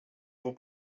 vous